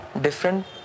different